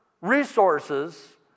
resources